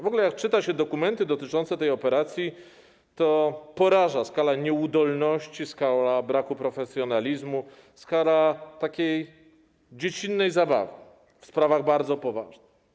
W ogóle jak czyta się dokumenty dotyczące tej operacji, to poraża skala nieudolności, skala braku profesjonalizmu, skala takiej dziecinnej zabawy w sprawach bardzo poważnych.